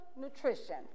nutrition